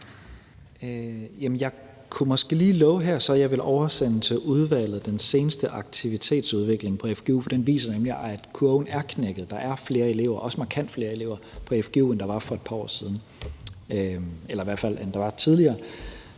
så måske lige love her, at jeg til udvalget vil oversende den seneste aktivitetsudvikling på fgu, for den viser nemlig, at kurven er knækket. Der er flere elever, også markant flere elever, på fgu, end der var for et par år siden, eller i hvert fald end der var tidligere.